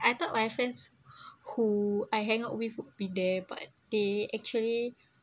I thought my friends who I hang out with be there but they actually